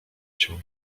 się